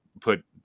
put